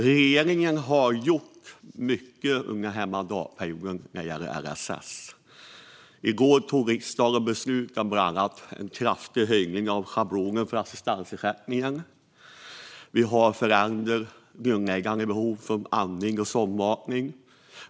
Regeringen har gjort mycket under mandatperioden när det gäller LSS. I går tog riksdagen beslut om bland annat en kraftig höjning av schablonen för assistansersättningen. Vi har förändringen när det gäller grundläggande behov som andning och sondmatning.